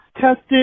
tested